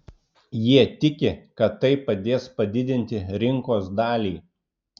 jie tiki kad tai padės padidinti rinkos dalį